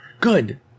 Good